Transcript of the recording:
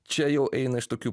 čia jau eina iš tokių